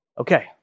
Okay